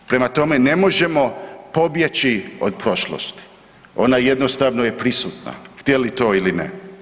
Prema tome, ne možemo pobjeći od prošlosti, ona jednostavno je prisutna htjeli to ili ne.